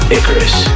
Icarus